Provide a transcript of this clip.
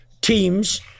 teams